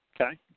Okay